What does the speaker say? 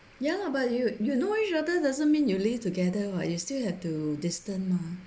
ya lah but you you know each other doesn't mean you live together [what] you still have to distant mah